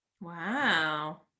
Wow